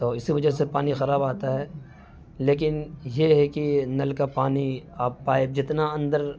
تو اسی وجہ سے پانی خراب آتا ہے لیکن یہ ہے کہ نل کا پانی آپ پائپ جتنا اندر